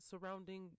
surrounding